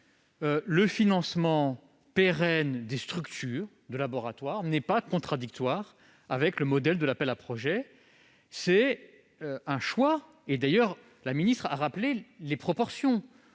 Le financement pérenne des structures de laboratoire n'est pas contradictoire avec le modèle de l'appel à projets. C'est un choix, et Mme la ministre a rappelé les proportions.